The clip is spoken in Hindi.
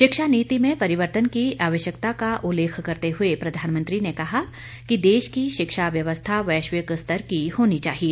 शिक्षा नीति में परिवर्तन की आवश्यकता का उल्लेख करते हुए प्रधानमंत्री ने कहा कि देश की शिक्षा व्यवस्था वैश्विक स्तर की होनी चाहिए